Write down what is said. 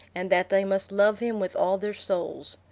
and that they must love him with all their souls.